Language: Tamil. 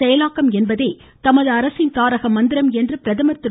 செயலாக்கம் என்பதே தமது அரசின் தாரக மந்திரம் என்று பிரதமர் திரு